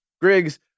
Griggs